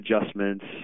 adjustments